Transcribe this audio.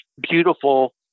beautiful